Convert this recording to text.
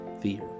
Fear